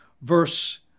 verse